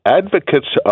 advocates